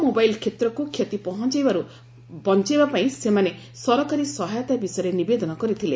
mobile କ୍ଷେତ୍ରକୁ କ୍ଷତି ପହଞ୍ଚିବାରୁ ବଞ୍ଚାଇବା ପାଇଁ ସେମାନେ ସରକାରୀ ସହାୟତା ବିଷୟରେ ନିବେଦନ କରିଥିଲେ